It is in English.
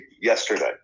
yesterday